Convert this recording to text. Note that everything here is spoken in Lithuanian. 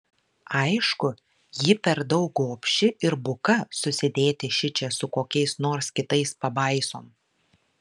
aišku ji per daug gobši ir buka susidėti šičia su kokiais nors kitais pabaisom